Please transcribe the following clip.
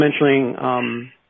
mentioning